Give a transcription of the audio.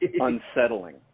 unsettling